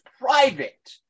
private